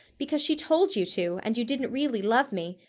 because she told you to, and you didn't really love me.